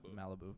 Malibu